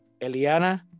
Eliana